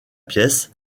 pièce